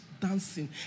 dancing